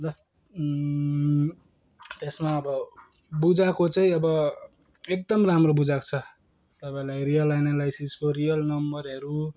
जस त्यसमा अब बुझाएको चाहिँ अब एकदम राम्रो बुझाएको छ तपाईँलाई रियल एनालाइसिसको रियल नम्बरहरू